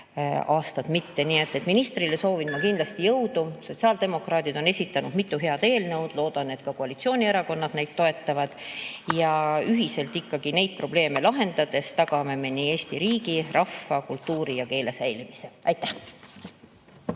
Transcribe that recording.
aastad mitte. Ministrile soovin ma kindlasti jõudu. Sotsiaaldemokraadid on esitanud mitu head eelnõu, loodan, et ka koalitsioonierakonnad neid toetavad. Ühiselt probleeme lahendades tagame me Eesti riigi, eesti rahva, kultuuri ja keele säilimise. Aitäh!